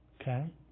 Okay